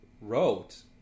wrote